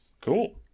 Cool